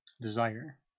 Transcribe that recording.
desire